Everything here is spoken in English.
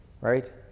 right